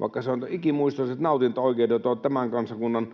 vaikka ikimuistoiset nautintaoikeudet ovat tämän kansakunnan